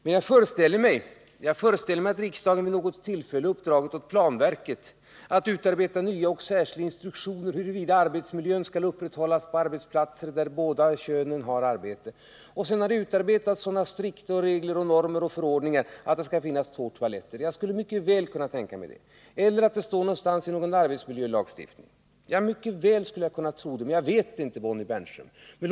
Men jag föreställer mig att riksdagen vid något tillfälle har uppdragit åt planverket att utarbeta nya och särskilda instruktioner för hur arbetsmiljön skall upprätthållas på arbetsplatser där båda könen har arbete, och sedan har det utarbetats strikta regler, normer och förordningar om att där skall finnas två Nr 158 toaletter — eller också kan det stå någonstans i någon arbetsmiljölag. Jag Fredagen den skulle mycket väl kunna tänka mig att det är så, men jag vet det inte, Bonnie 30 maj 1980 Bernström.